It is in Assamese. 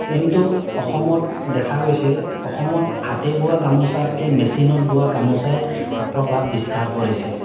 কিন্তু অসমত দেখা গৈছে অসমত হাতে বোৱা গামোচাতকে মেচিনত বোৱা গামোচাই প্ৰভাৱ বিস্তাৰ কৰিছে